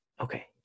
Okay